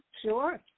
sure